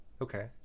Okay